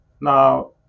now